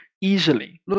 easily